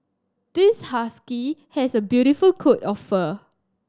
this husky has a beautiful coat of fur